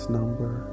number